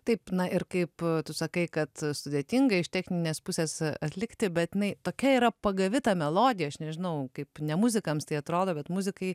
taip na ir kaip tu sakai kad sudėtinga iš techninės pusės atlikti bet jinai tokia yra pagavi ta melodija aš nežinau kaip ne muzikams tai atrodo bet muzikai